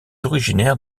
originaire